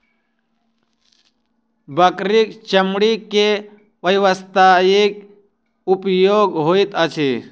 बकरीक चमड़ी के व्यवसायिक उपयोग होइत अछि